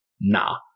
Nah